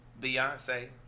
Beyonce